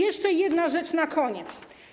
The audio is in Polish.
Jeszcze jedna rzecz na koniec.